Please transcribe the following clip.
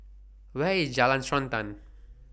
Where IS Jalan Srantan